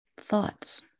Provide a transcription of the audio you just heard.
thoughts